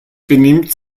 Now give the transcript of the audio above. benimmt